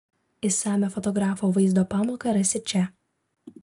išsamią fotografo vaizdo pamoką rasi čia